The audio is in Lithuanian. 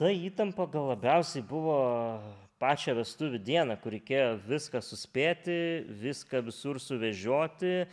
ta įtampa gal labiausiai buvo pačią vestuvių dieną kur reikėjo viską suspėti viską visur suvežioti